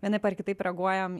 vienaip ar kitaip reaguojam